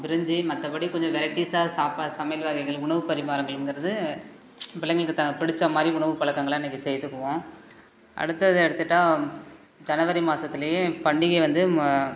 பிரிஞ்ஜி மற்றபடி கொஞ்சம் வெரைட்டிஸ்ஸா சாப்பாடு சமையல் வகைகள் உணவு பரிவாரங்கள்ங்கிறது பிள்ளைங்களுக்கு தா பிடிச்சா மாதிரி உணவு பழக்கங்கலாம் அன்றைக்கி செய்துக்குவோம் அடுத்தது எடுத்துகிட்டா ஜனவரி மாதத்துலையே பண்டிகை வந்து ம